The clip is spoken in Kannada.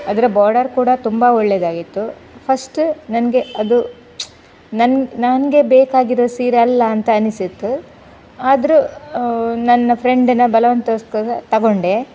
ಅದರ ಬಾರ್ಡರ್ ಕೂಡಾ ತುಂಬ ಒಳ್ಳೆದಾಗಿತ್ತು ಫಸ್ಟು ನನಗೆ ಅದು ನನ್ನ ನನಗೆ ಬೇಕಾಗಿರೊ ಸೀರೆ ಅಲ್ಲಾ ಅಂತ ಅನಿಸಿತ್ತು ಆದರು ನನ್ನ ಫ್ರೆಂಡಿನ ಬಲವಂತಕೋಸ್ಕರ ತಗೊಂಡೆ